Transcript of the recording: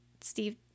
Steve